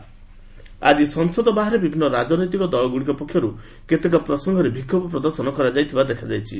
ପାର୍ଲ protest ଆଜି ସଂସଦ ବାହାରେ ବିଭିନ୍ନ ରାଜନୈତିକ ଦଳଗୁଡ଼ିକ ପକ୍ଷରୁ କେତେକ ପ୍ରସଙ୍ଗରେ ବିକ୍ଷୋଭ ପ୍ରଦର୍ଶନ କରାଯାଇଥିବା ଦେଖାଯାଇଛି